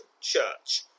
church